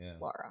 Laura